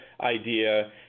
idea